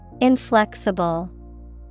Inflexible